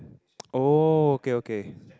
oh okay okay